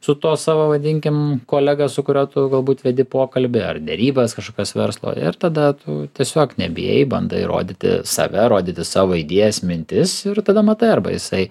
su tuo savo vadinkim kolega su kuriuo tu galbūt vedi pokalbį ar derybas kažkokias verslo ir tada tu tiesiog nebijai bandai rodyti save rodyti savo idėjas mintis ir tada matai arba jisai